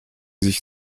sich